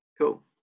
Cool